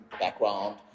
background